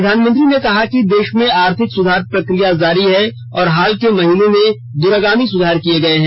प्रधानमंत्री ने कहा कि देश में आर्थिक सुधार प्रकिया जारी है और हाल के महीनों में दूरगामी सुधार किये गये हैं